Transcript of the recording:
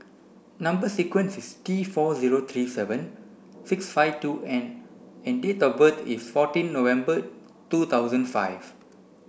number sequence is T four zero three seven six five two N and date of birth is fourteen November two thousand five